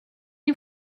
you